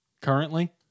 currently